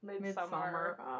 midsummer